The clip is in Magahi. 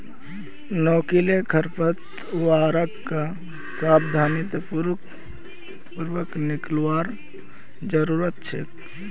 नुकीले खरपतवारक सावधानी पूर्वक निकलवार जरूरत छेक